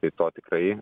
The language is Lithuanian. tai to tikrai